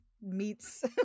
meets